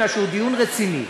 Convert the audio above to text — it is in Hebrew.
בגלל שהוא דיון רציני.